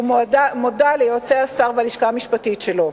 ומודה ליועצי השר וללשכה המשפטית שלו.